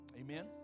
amen